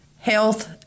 health